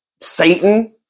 Satan